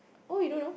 oh you don't know